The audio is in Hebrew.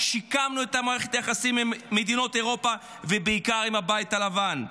שיקמנו את מערכת היחסים עם מדינות אירופה ובעיקר עם הבית הלבן.